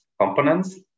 components